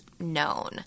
known